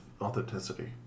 authenticity